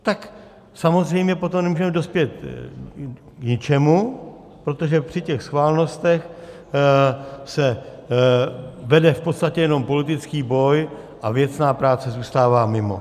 Tak samozřejmě potom nemůžeme dospět k ničemu, protože při těch schválnostech se vede v podstatě jenom politický boj a věcná práce zůstává mimo.